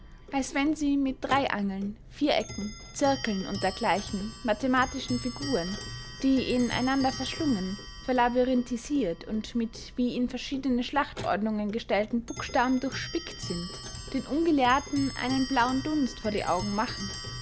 als wenn sie mit dreyangeln vierecken zirkeln und dergleichen mathematischen figuren die in einander verschlungen verlabyrinthisiert und mit wie in verschiedene schlachtordnungen gestellten buchstaben durchspickt sind den ungelehrten einen blauen dunst vor die augen machen